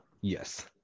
Yes